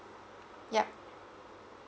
yup